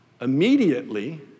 Immediately